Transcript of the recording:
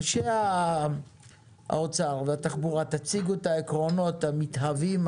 אנשי האוצר והתחבורה תציגו את העקרונות המתהווים,